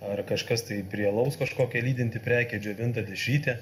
ar kažkas tai prie alaus kažkokia lydinti prekė džiovinta dešrytė